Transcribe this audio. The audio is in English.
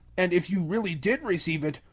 and if you really did receive it,